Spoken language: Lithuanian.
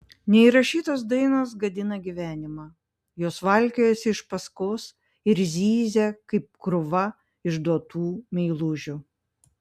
neįrašytos dainos gadina gyvenimą jos valkiojasi iš paskos ir zyzia kaip krūva išduotų meilužių